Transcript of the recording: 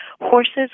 horses